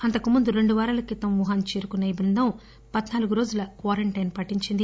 అంతకుముందు రెండు వారాల క్రితం వ్యూహాన్ చేరుకున్న ఈ బృందం పధ్నాలుగు రోజుల క్వారంటైన్ పాటించింది